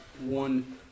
one